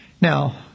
Now